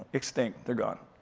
extinct, they're gone.